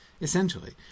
essentially